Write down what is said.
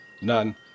None